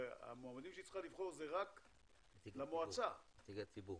היא צריכה לבחור רק את נציגי הציבור.